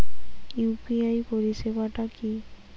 UPI পরিসেবাটা কি?